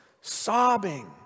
sobbing